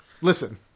Listen